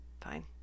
Fine